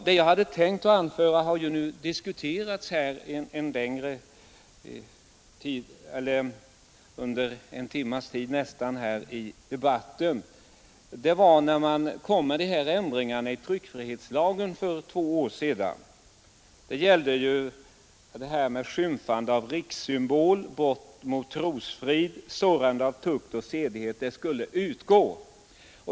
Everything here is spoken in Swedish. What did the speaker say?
Det jag hade tänkt anföra har ju diskuterats under nästan en timme här i kammaren. Jag syftar på de ändringar i tryckfrihetslagen som gjordes för två år sedan. Bestämmelserna om skymfande av rikssymbol, brott mot trosfrid, sårande av tukt och sedlighet skulle utgå.